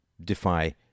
defy